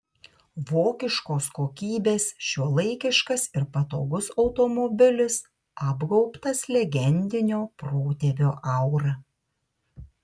vokiškos kokybės šiuolaikiškas ir patogus automobilis apgaubtas legendinio protėvio aura